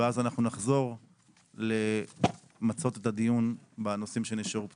ואז אנחנו נחזור למצות את הדיון בנושאים שנשארו פתוחים.